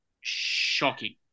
shocking